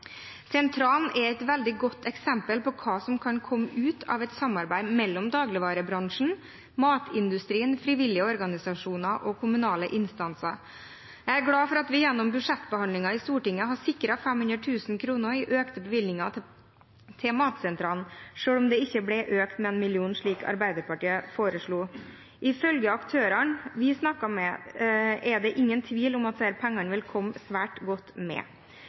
Sentralen er et veldig godt eksempel på hva som kan komme ut av et samarbeid mellom dagligvarebransjen, matindustrien, frivillige organisasjoner og kommunale instanser. Jeg er glad for at vi gjennom budsjettbehandlingen i Stortinget har sikret 500 000 kr i økte bevilgninger til Matsentralen, selv om det ikke ble økt med en million, slik Arbeiderpartiet foreslo. Ifølge aktørene vi snakket med, er det ingen tvil om at disse pengene vil komme svært godt med.